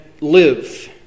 live